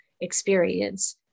experience